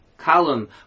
Column